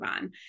on